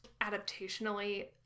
adaptationally